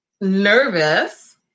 nervous